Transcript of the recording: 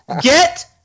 get